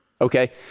Okay